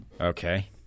Okay